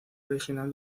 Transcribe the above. original